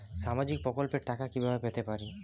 সামাজিক প্রকল্পের টাকা কিভাবে পেতে পারি?